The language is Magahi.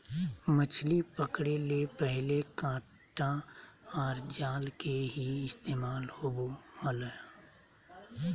मछली पकड़े ले पहले कांटा आर जाल के ही इस्तेमाल होवो हल